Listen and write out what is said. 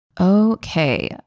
Okay